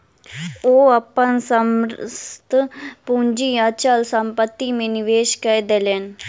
ओ अपन समस्त पूंजी अचल संपत्ति में निवेश कय देलैन